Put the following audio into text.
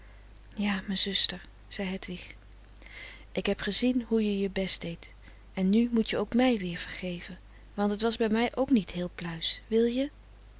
ja mijn zuster zei hedwig ik heb gezien hoe je je best deed en nu moet je ook mij weer vergeven want t was bij mij ook niet heel pluis wil je